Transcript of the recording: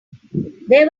there